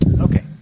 Okay